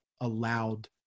allowed